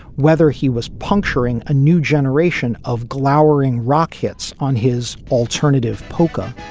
whether he was puncturing a new generation of glowering rock hits on his alternative poca